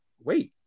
wait